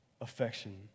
affection